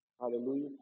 Hallelujah